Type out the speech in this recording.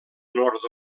nord